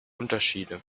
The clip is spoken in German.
unterschiede